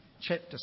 chapter